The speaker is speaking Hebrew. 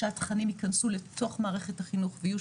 שהתכנים יכנסו לתוך מערכת החינוך ויהיו